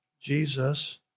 Jesus